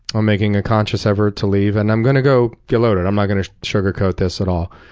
i'm making a conscious effort to leave, and i'm going to go get loaded. i'm not going to sugarcoat this at all.